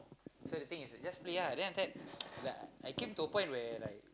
so the thing is just play lah then after that like I came to a point where like